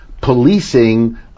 policing